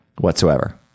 whatsoever